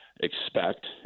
expect